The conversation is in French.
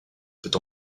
peut